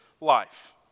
life